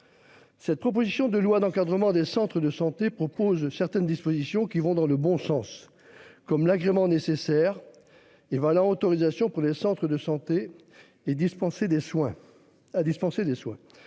Cette proposition de loi d'encadrement des Centres de santé propose certaines dispositions qui vont dans le bon sens comme l'agrément nécessaire et autorisation pour les centres de santé et dispenser des soins